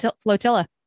flotilla